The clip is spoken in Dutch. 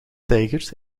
tijgers